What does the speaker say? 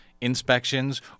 inspections